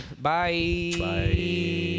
Bye